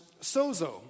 sozo